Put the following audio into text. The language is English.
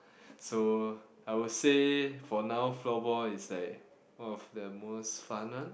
so I will say for now floorball is like one of the most fun one